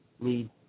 need